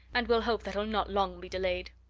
and we'll hope that'll not long be delayed!